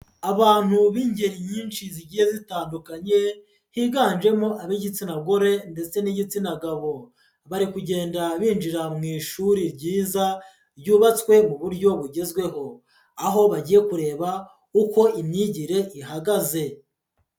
Abantu b'ingeri nyinshi zigiye zitandukanye higanjemo ab'igitsina gore ndetse n'igitsina gabo, bari kugenda binjira mu ishuri ryiza ryubatswe mu buryo bugezweho, aho bagiye kureba uko imyigire ihagaze.